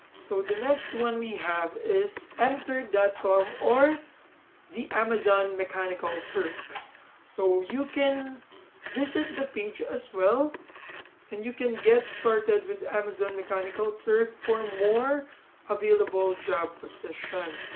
so the next one we have is mturk dot com or the amazon mechanical turk so you can visit the page as well and you can get started with amazon mechanical turk for more available job position.